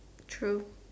true